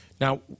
Now